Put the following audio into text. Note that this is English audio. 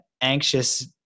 anxious